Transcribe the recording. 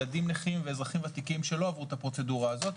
ילדים נכים ואזרחים ותיקים שלא עברו את הפרוצדורה הזאת,